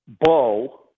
Bo